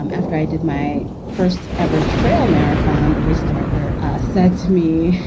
um after i did my first ever trail marathon, the race director said to me,